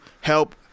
help